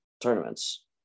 tournaments